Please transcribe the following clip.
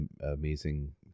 amazing